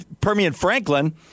Permian-Franklin